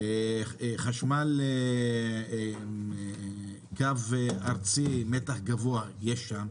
יש שם גם קו מתח גבוה ארצי של חשמל,